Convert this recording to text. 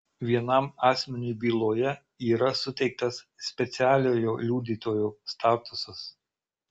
vienam asmeniui byloje yra suteiktas specialiojo liudytojo statusas